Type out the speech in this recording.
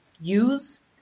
use